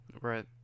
Right